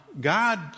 God